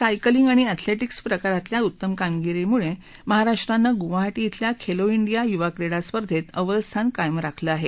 cycling आणि athletics प्रकरातल्या उत्तम कामगिरीमुळे महाराष्ट्रानं गुवाहाटी धिल्या खेलो धिंडिया युवा क्रीडा स्पर्धेत अव्वल स्थान कायम राखलं आहे